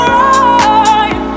right